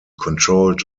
controlled